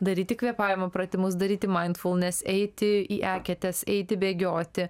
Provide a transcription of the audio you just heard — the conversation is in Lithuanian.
daryti kvėpavimo pratimus daryti mindfulness eiti į eketes eiti bėgioti